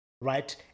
right